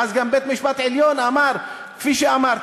ואז בית-המשפט העליון אמר כפי שאמר,